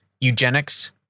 Eugenics